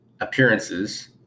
appearances